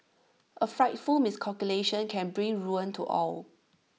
A frightful miscalculation can bring ruin to all